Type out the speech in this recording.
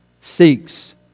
seeks